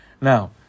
now